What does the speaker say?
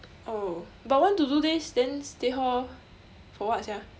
oh but one to two days then stay hall for what sia